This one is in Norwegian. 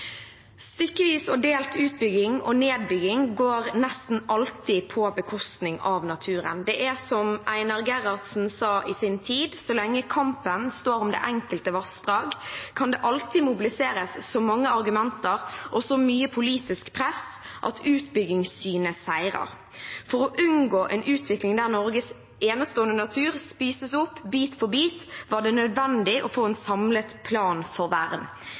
Stykkevis og delt utbygging og nedbygging går nesten alltid på bekostning av naturen. Det er som Einar Gerhardsen i sin tid sa: Så lenge kampen står om det enkelte vassdrag, kan det alltid mobiliseres så mange argumenter og så mye politisk press at utbyggingssynet seirer. For å unngå en utvikling der Norges enestående natur spises opp bit for bit var det nødvendig å få en samlet plan for